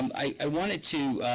i wanted to